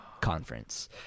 conference